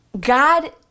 God